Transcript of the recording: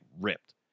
ripped